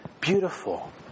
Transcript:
beautiful